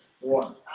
One